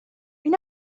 این